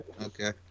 Okay